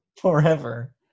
Forever